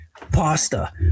Pasta